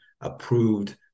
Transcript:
approved